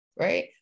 Right